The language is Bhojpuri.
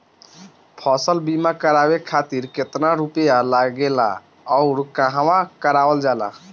फसल बीमा करावे खातिर केतना रुपया लागेला अउर कहवा करावल जाला?